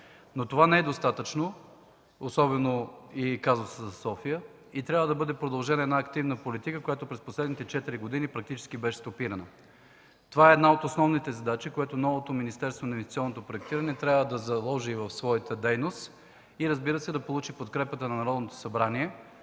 обаче не е достатъчно, особено при казуса за София. Трябва да бъде продължена активната политика, която през последните години фактически беше стопирана. Това е една от основните задачи, която новото Министерство на инвестиционното проектиране трябва да заложи в своята дейност и, разбира се, да получи подкрепата на Народното събрание,